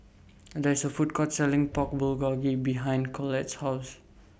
There IS A Food Court Selling Pork Bulgogi behind Collette's House